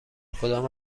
کدام